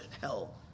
hell